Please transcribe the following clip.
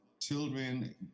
children